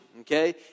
okay